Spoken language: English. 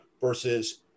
versus